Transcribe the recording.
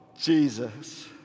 Jesus